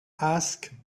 ask